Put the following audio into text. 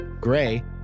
Gray